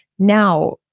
Now